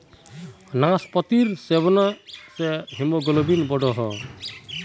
नास्पातिर सेवन से हीमोग्लोबिन बढ़ोह